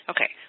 Okay